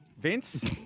Vince